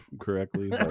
correctly